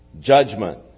judgment